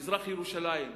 מזרח-ירושלים,